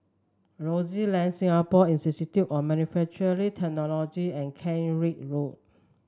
Aroozoo Lane Singapore Institute of Manufacturing Technology and Kent Ridge Road